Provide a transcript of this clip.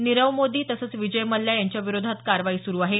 नीरव मोदी तसंच विजय मल्ल्या यांच्याविरोधात कारवाई सुरू आहे